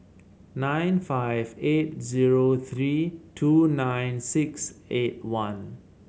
nine five eight zero three two nine six eight one